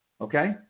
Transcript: okay